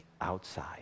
outside